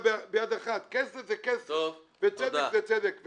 כסף זה כסף וצדק זה צדק,